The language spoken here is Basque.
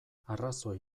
arrazoi